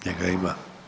Njega ima.